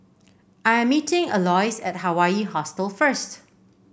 I'm meeting Aloys at Hawaii Hostel first